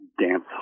dance